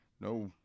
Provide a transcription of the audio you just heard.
No